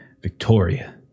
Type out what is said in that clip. Victoria